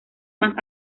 más